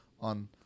on